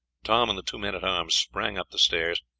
tom and the two men-at-arms sprang up the stairs,